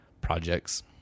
projects